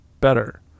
better